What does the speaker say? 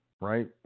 Right